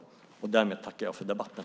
Därmed tackar jag för debatten!